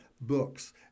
books